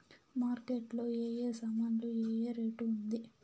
Market లో ఏ ఏ సామాన్లు ఏ ఏ రేటు ఉంది?